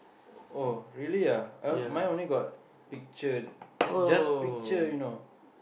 oh really ah I mine only got picture just just picture you know